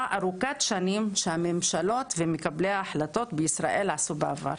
ארוכת שנים שהממשלות ומקבלי ההחלטות בישראל עשו בעבר.